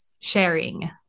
sharing